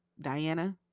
diana